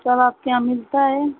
सब आपके यहाँ मिलता है